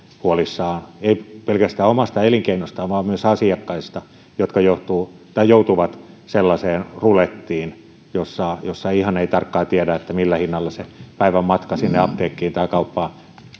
huolissaan eivät pelkästään omasta elinkeinostaan vaan myös asiakkaista jotka joutuvat sellaiseen rulettiin jossa ei ihan tarkkaan tiedä millä hinnalla se päivän matka sinne apteekkiin tai kauppaan